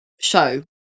show